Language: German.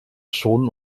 schonen